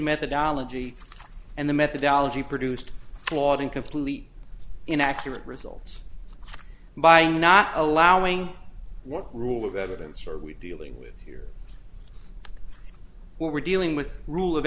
methodology and the methodology produced flawed and completely inaccurate results by not allowing what rule of evidence are we dealing with here we're dealing with rule of